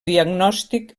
diagnòstic